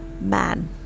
Man